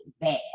bad